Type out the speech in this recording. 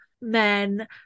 men